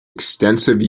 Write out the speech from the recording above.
extensive